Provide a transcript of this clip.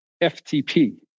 FTP